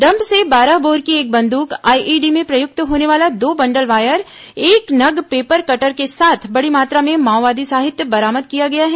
dump से बारह bore की एक बंद्क आईईडी में प्रयुक्त होने वाला दो बंडल वायर एक नग पेपर कटर के साथ बड़ी मात्रा में माओवादी साहित्य बरामद किया गया है